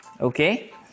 okay